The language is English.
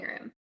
room